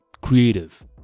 creative